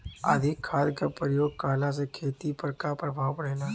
अधिक खाद क प्रयोग कहला से खेती पर का प्रभाव पड़ेला?